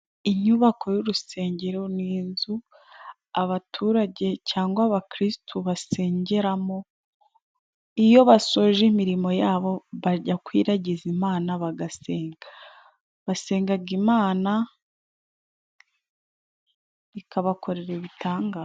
Inyubako y'urusengero ni inzu abaturage cyangwa abakirisitu basengeramo iyo basoje imirimo yabo bajya kwiragiza Imana bagasenga. Basengaga Imana ikabakorera ibitangaza.